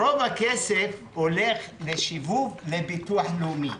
רוב הכסף הולך לשיבוב לביטוח הלאומי.